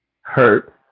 hurt